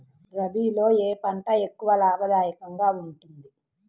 రబీలో ఏ పంట ఎక్కువ లాభదాయకంగా ఉంటుంది?